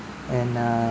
and err